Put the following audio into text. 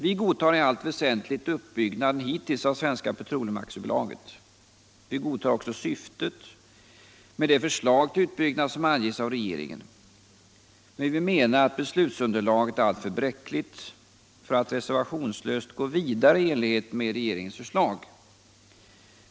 Vi godtar i allt väsentligt uppbyggnaden hittills av Svenska Petroleum AB. Vi godtar också syftet med det förslag till utbyggnad som anges av regeringen. Men vi menar att beslutsunderlaget är alltför bräckligt för att reservationslöst gå vidare i enlighet med regeringens förslag.